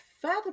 further